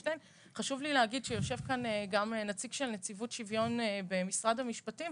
חשוב לי להגיד שיושב כאן גם נציג של נציבות שוויון במשרד המשפטים.